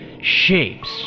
Shapes